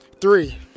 three